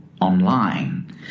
online